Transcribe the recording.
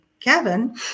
Kevin